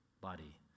body